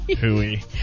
Hooey